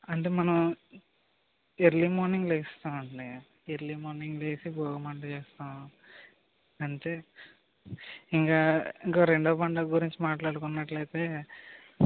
అంటే మనం early morning లేస్తాము అండీ ఎర్లీ మార్నింగ్ లేచి భోగి మంట వేస్తాము అంతే ఇంకా ఇంకా రెండవ పండుగ గురించి మాట్లాడుకున్నట్లైతే